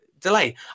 delay